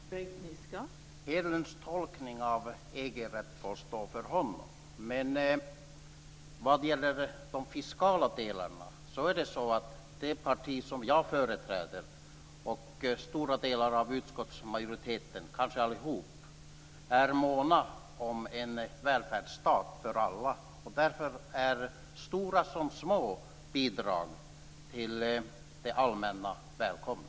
Fru talman! Hedlunds tolkning av EG-rätten får stå för honom. Vad gäller de fiskala delarna är det så att det parti som jag företräder, liksom stora delar av utskottsmajoriteten, kanske allihop, är måna om en välfärdsstat för alla. Därför är stora som små bidrag till det allmänna välkomna.